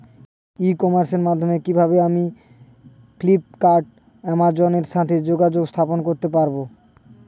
ই কমার্সের মাধ্যমে কিভাবে আমি ফ্লিপকার্ট অ্যামাজন এর সাথে যোগাযোগ স্থাপন করতে পারব?